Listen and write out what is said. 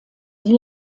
die